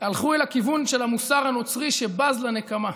הלכו אל הכיוון של המוסר הנוצרי, שבז לנקמה,